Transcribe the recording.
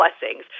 blessings